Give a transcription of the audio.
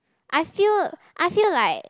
I feel I feel like